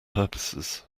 purposes